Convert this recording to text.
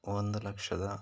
ಒಂದು ಲಕ್ಷದ